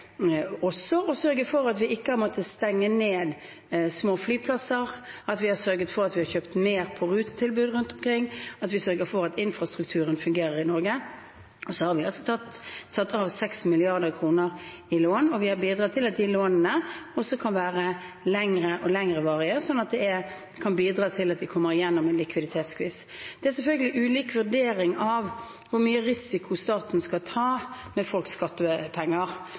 også at vi har sørget for at vi ikke har måttet stenge ned småflyplasser, at vi har kjøpt mer av rutetilbud rundt omkring, at vi har sørget for at infrastrukturen fungerer i Norge. Vi har også satt av 6 mrd. kr til lån, og vi har bidratt til at de lånene kan være av lengre og lengre varighet, slik at det kan bidra til at de kommer igjennom en likviditetsskvis. Det er selvfølgelig ulik vurdering av hvor høy risiko staten skal ta med folks skattepenger.